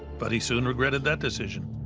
but he soon regretted that decision.